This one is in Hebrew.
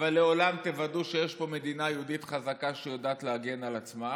אבל לעולם תוודאו שיש פה מדינה יהודית חזקה שיודעת להגן על עצמה,